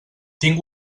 tinc